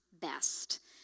best